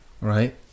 Right